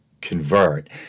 convert